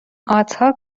آتا